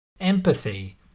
empathy